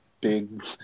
big